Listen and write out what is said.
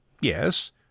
Yes